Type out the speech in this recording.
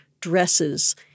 dresses